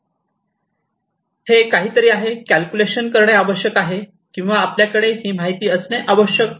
हे असे काहीतरी आहे कॅल्क्युलेशन करणे आवश्यक आहे किंवा आपल्याकडे ही माहिती असणे आवश्यक आहे